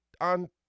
on